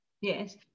yes